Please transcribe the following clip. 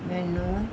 ਮੈਨੂੰ